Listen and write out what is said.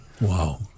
Wow